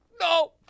No